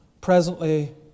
presently